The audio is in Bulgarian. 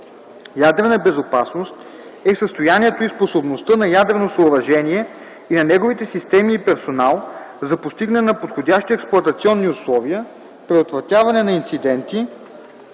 „Ядрена безопасност” е състоянието и способността на ядрено съоръжение и на неговите системи и персонал за постигане на подходящи експлоатационни условия, предотвратяване на инциденти